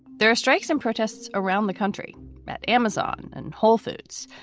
there are strikes and protests around the country at amazon and whole foods,